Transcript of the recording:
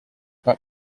but